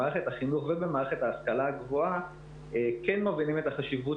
במערכת החינוך ובמערכת ההשכלה הגבוהה כן מבינים את החשיבות